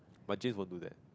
but James won't do that